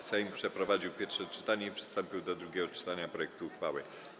Sejm przeprowadził pierwsze czytanie i przystąpił do drugiego czytania projektu uchwały.